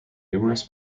numerous